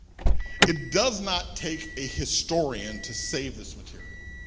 it does not take a historian to save this material.